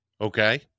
Okay